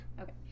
Okay